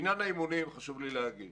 לעניין האימונים חשוב לי להגיד